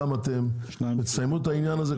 גם אתם ותסיימו את העניין הזה,